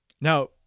Now